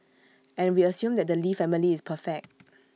and we assume that the lee family is perfect